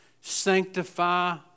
Sanctify